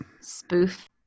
spoof